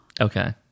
Okay